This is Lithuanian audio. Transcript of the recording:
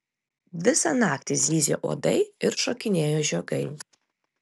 visą naktį zyzė uodai ir šokinėjo žiogai